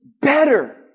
better